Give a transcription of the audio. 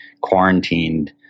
quarantined